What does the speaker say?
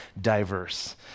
diverse